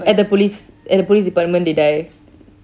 at the police at the police department they died